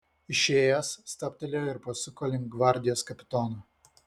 išėjęs stabtelėjo ir pasuko link gvardijos kapitono